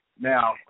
now